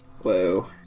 Whoa